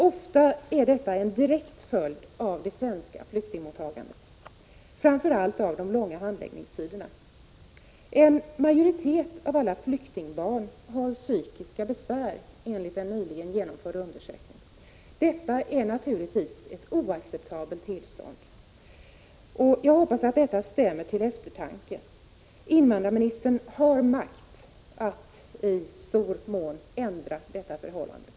Ofta är detta en direkt följd av det svenska flyktingmottagandet, framför allt av de långa handläggningstiderna. En majoritet av alla flyktingbarn har enligt en nyligen genomförd undersökning psykiska besvär. Detta är naturligtvis ett oacceptabelt tillstånd, och jag hoppas att det stämmer till eftertanke. Invandrarministern har makt att i betydande mån ändra detta förhållande.